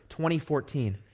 2014